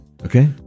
Okay